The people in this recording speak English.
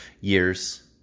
years